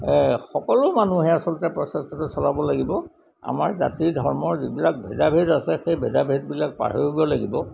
সকলো মানুহে আচলতে প্ৰচেষ্টাটো চলাব লাগিব আমাৰ জাতি ধৰ্মৰ যিবিলাক ভেদাভেদ আছে সেই ভেদাভেদবিলাক পাহৰিব লাগিব